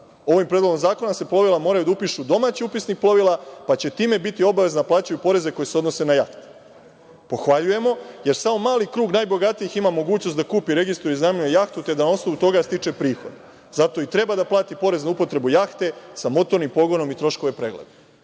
Ovim predlogom zakona plovila moraju da se upišu domaći upisnik plovila, pa će time biti obavezna da plaćaju poreze koji se odnose na jahte. Pohvaljujemo, jer samo mali krug najbogatijih ima mogućnost da kupi, registruje, iznajmljuje jahtu te da na osnovu toga stiče prihod. Zato i treba da plati porez na upotrebu jahte sa motornim pogonom i troškove pregleda.